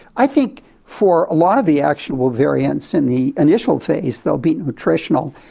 i think for a lot of the actual variants in the initial phase they'll be nutritional,